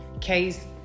case